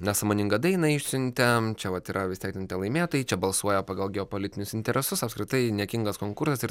nesąmoningą dainą išsiuntėm čia vat yra vis tiek ten tie laimėtojai čia balsuoja pagal geopolitinius interesus apskritai niekingas konkursas ir taip toliau